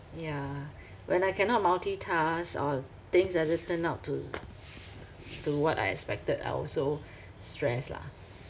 yeah when I cannot multitask or things doesn't turn out to to what I expected I also stress lah